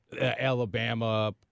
Alabama